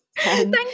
Thank